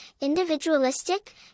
individualistic